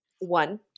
One